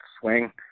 swing